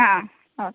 ആ ഓ